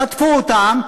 חטפו את החברים שלו,